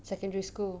secondary school